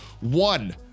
One